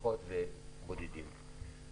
משפחות ובודדים נפגעו.